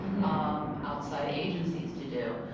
um outside agencies to do.